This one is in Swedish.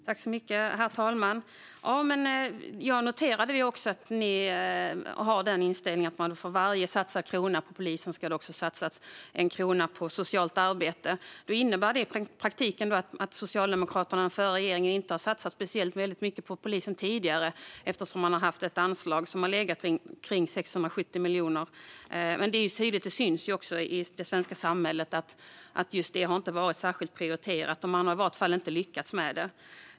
Herr talman! Ja, jag noterade också att ni har den inställningen att det för varje satsad krona på polisen också ska satsas 1 krona på socialt arbete. Innebär det då i praktiken att Socialdemokraterna i den förra regeringen inte har satsat så mycket på polisen tidigare eftersom de har haft ett anslag som har legat på omkring 670 miljoner? Det syns tydligt i det svenska samhället att just detta inte har varit så prioriterat. Man har i vart fall inte lyckats med det.